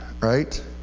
right